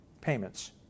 payments